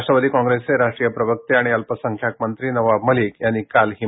राष्ट्रवादी काँग्रेसचे राष्ट्रीय प्रवक्ते आणि अल्पसंख्याक मंत्री नवाब मलिक यांनी काल ही माहिती दिली